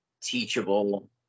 teachable